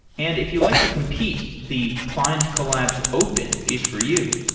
and if you like to compete, the findcollabs open is for you.